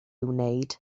wneud